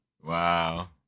Wow